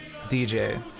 DJ